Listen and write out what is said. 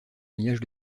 alliage